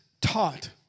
taught